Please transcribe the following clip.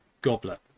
goblet